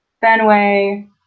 Fenway